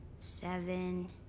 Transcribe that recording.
Seven